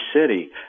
city